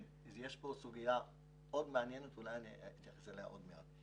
יש פה סוגיה מאוד מעניינת, אני אתייחס אליה בהמשך.